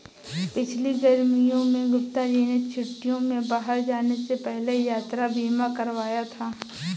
पिछली गर्मियों में गुप्ता जी ने छुट्टियों में बाहर जाने से पहले यात्रा बीमा कराया था